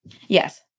Yes